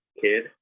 kid